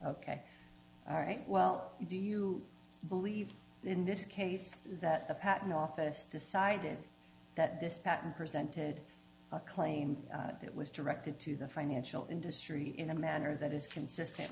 ok all right well do you believe in this case that the patent office decided that this patent presented a claim that was directed to the financial industry in a manner that is consistent